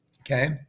okay